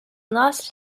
lost